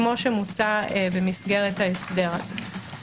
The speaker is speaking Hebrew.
כפי שמוצע במסגרת ההסדר הזה.